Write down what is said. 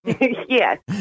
Yes